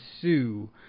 sue